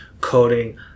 coding